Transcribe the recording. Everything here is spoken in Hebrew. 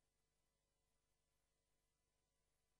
מדיניות